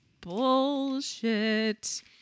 bullshit